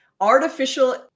artificial